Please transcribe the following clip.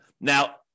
Now